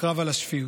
בקרב על השפיות.